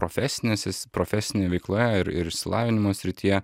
profesinėsis profesinėje veikloje ir ir išsilavinimo srityje